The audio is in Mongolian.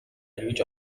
эргэж